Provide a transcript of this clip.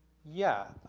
yeah.